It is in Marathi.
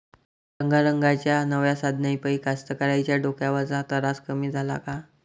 रंगारंगाच्या नव्या साधनाइपाई कास्तकाराइच्या डोक्यावरचा तरास कमी झाला का?